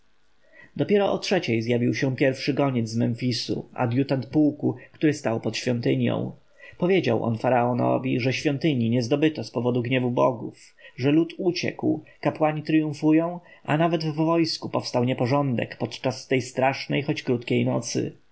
dopiero o trzeciej zjawił się pierwszy goniec z memfisu adjutant pułku który stał pod świątynią powiedział on faraonowi że świątyni nie zdobyto z powodu gniewu bogów że lud uciekł kapłani triumfują a nawet w wojsku powstał nieporządek podczas tej strasznej choć krótkiej nocy